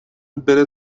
بره